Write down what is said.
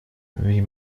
wie